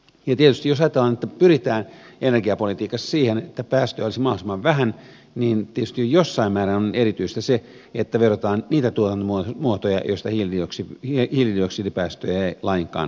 jos ajatellaan että pyritään energiapolitiikassa siihen että päästöjä olisi mahdollisimman vähän niin tietysti jossain määrin on erityistä se että verotetaan niitä tuotantomuotoja joista hiilidioksidipäästöjä ei lainkaan aiheudu